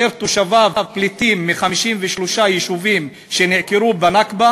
ותושביו פליטים מ-53 יישובים שנעקרו בנכבה.